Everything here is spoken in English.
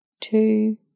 two